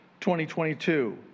2022